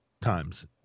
times